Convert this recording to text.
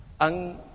ang